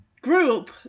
group